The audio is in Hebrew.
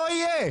לא תהיה.